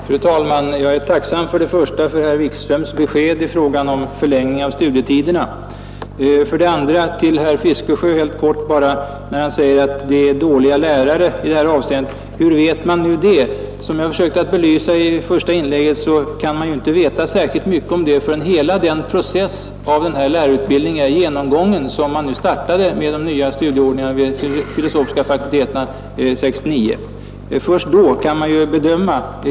Fru talman! För det första är jag tacksam för herr Wikströms besked i fråga om förlängning av studietiderna. För det andra vill jag bara helt kort fråga herr Fiskesjö, när han säger att det är dåliga lärare i det här avseendet: Hur vet man nu det? Som jag försökte belysa i det första inlägget kan man ju inte veta särskilt mycket om detta förrän hela den process i den här lärarutbildningen är genomgången, som startades med den nya studieordningen vid de filosofiska fakulteterna 1969.